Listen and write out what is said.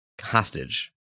hostage